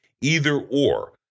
either-or